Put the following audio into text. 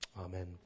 amen